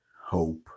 hope